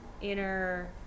inner